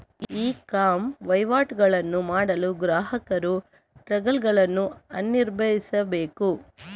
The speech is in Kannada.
ಇ ಕಾಮ್ ವಹಿವಾಟುಗಳನ್ನು ಮಾಡಲು ಗ್ರಾಹಕರು ಟಾಗಲ್ ಗಳನ್ನು ಅನಿರ್ಬಂಧಿಸಬೇಕು